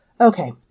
Okay